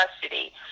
custody